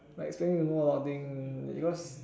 like expect me to know a lot of thing because